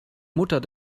mutter